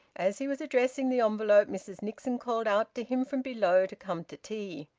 as he was addressing the envelope mrs nixon called out to him from below to come to tea.